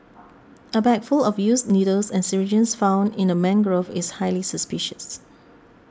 a bag full of used needles and syringes found in a mangrove is highly suspicious